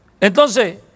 Entonces